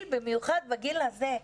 במיוחד בגיל הזה,